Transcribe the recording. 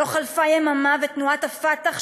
לא חלפה יממה ותנועת הפתח,